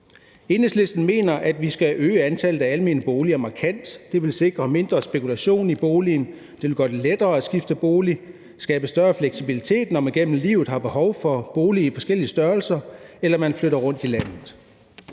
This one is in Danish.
Enhedslisten mener, at vi skal øge antallet af almene boliger markant. Det vil sikre mindre spekulation i boligen, og det vil gøre det lettere at skifte bolig, skabe større fleksibilitet, når man igennem livet har behov for boliger i forskellige størrelser eller man flytter rundt i landet.